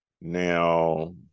now